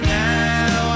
now